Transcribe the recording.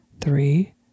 three